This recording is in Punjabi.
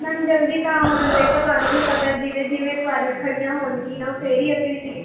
ਮੈਮ ਜਲਦੀ ਤਾਂ ਹੁਣ ਦੇਖੋ ਤੁਹਾਨੂੰ ਵੀ ਪਤਾ ਹੈ ਜਿਵੇਂ ਜਿਵੇਂ ਸਵਾਰੀਆਂ ਖੜ੍ਹੀਆਂ ਹੋਣਗੀਆਂ ਫੇਰ ਹੀ ਅਸੀਂ ਸੀਟ